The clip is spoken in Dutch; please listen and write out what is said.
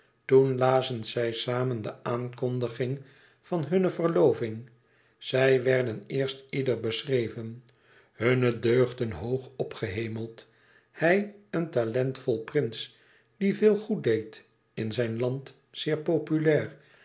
toen lazen zij samen de aankondiging van hunne verloving zij werden eerst ieder beschreven hunne deugden hoog opgehemeld hij een talentvolle prins die veel goed deed in zijn land zeer populair